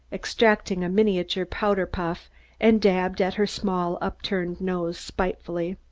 extracted a miniature powder-puff and dabbed at her small upturned nose spitefully.